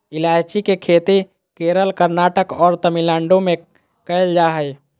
ईलायची के खेती केरल, कर्नाटक और तमिलनाडु में कैल जा हइ